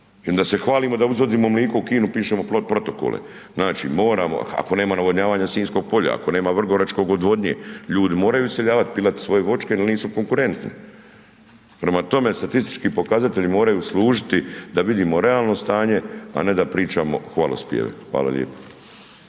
onda se hvalimo da izvozimo mlijeko u Kinu, pišemo protokole. Znači moramo, ako nema navodnjavanja Sinjskog polja, ako nema Vrgoračke odvodnje, ljudi moraju iseljavati, pilat svoje vočke jer nisu konkurentni. Prema tome statistički pokazatelji moraju služiti da vidimo realno stanje a ne da pričamo hvalospjeve. Hvala lijepo.